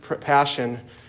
passion